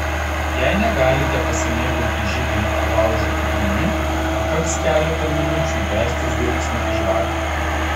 jei negalite pasimėgauti židinio ar laužo ugnimi pakaks keletą minučių įbesti žvilgsnį į žvakę